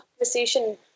conversation